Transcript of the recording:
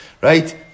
Right